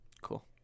Cool